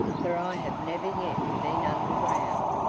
for i have never yet been underground,